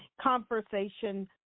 Conversation